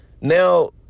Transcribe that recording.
Now